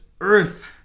earth